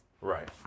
Right